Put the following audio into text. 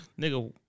nigga